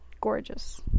gorgeous